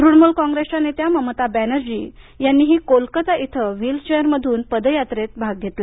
तृणमूल कॉंग्रेसच्या नेत्या ममता बॅनर्जी यांनी कोलकाता इथं व्हीलचेअरमधून पदयात्रेत भाग घेतला